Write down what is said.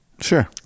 sure